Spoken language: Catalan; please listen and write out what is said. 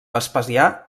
vespasià